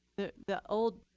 the the old,